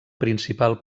principal